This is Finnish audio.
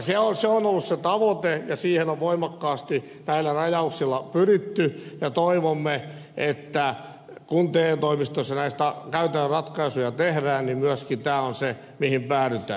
se on ollut se tavoite ja siihen on voimakkaasti näillä rajauksilla pyritty ja toivomme että kun te toimistoissa näistä käytännön ratkaisuja tehdään niin myöskin tämä on se mihin päädytään